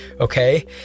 Okay